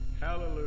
hallelujah